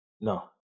No